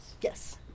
Yes